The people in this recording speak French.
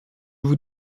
vous